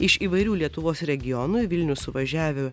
iš įvairių lietuvos regionų į vilnių suvažiavę